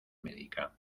médica